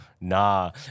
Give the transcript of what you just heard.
Nah